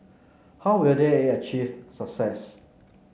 how will they achieve success